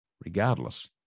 Regardless